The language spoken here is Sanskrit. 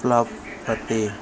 प्लवते